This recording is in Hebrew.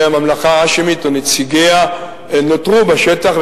והממלכה ההאשמית או נציגיה נותרו בשטח,